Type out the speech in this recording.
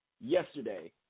yesterday